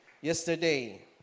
yesterday